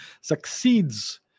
succeeds